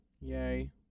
Yay